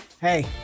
Hey